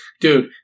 Dude